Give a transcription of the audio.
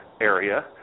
area